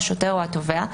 השוטר או התובע,